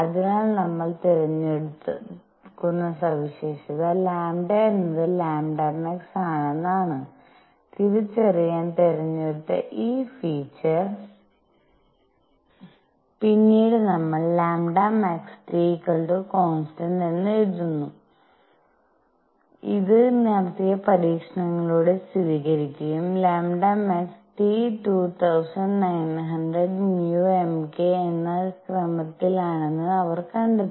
അതിനാൽ നമ്മൾ തിരഞ്ഞെടുക്കുന്ന സവിശേഷത λ എന്നത് λ മാക്സ് ആണെന്നാണ്തിരിച്ചറിയാൻ തിരഞ്ഞെടുത്ത ഈ ഫീച്ചർ പിന്നീട് ഞങ്ങൾ λmax T കോൺസ്റ്റന്റ് എന്ന് എഴുതുന്നു ഇത് നടത്തിയ പരീക്ഷണങ്ങളിലൂടെ സ്ഥിരീകരിക്കുകയും λmax T 2900 μmK എന്ന ക്രമത്തിലാണെന്ന് അവർ കണ്ടെത്തി